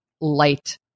light